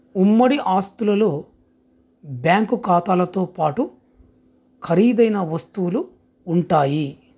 ఉమ్మడి ఆస్తులలో బ్యాంకు ఖాతాలతో పాటు ఖరీదైన వస్తువులు ఉంటాయి